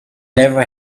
never